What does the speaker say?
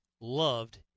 loved